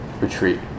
retreat